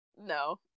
no